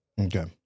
Okay